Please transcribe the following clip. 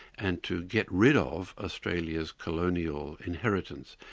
and to get rid of australia's colonial inheritance.